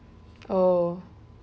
oh